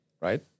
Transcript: right